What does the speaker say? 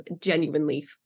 genuinely